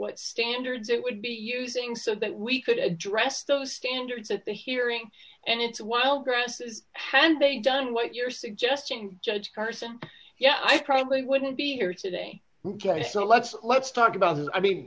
what standards it would be using so that we could address those standards at the hearing and it's while grouses hand they've done what you're suggesting judge carson yeah i probably wouldn't be here today ok so let's let's talk about i mean